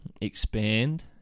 expand